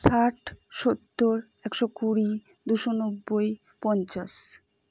ষাট সত্তর একশো কুড়ি দুশো নব্বই পঞ্চাশ